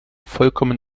vollkommen